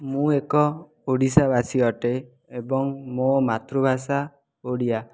ମୁଁ ଏକ ଓଡ଼ିଶାବାସୀ ଅଟେ ଏବଂ ମୋ ମାତୃଭାଷା ଓଡ଼ିଆ